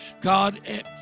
God